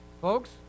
Folks